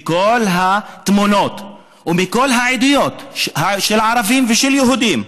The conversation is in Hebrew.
בכל התמונות ומכל העדויות, של ערבים ושל יהודים,